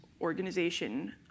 organization